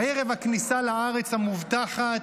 ערב הכניסה לארץ המובטחת,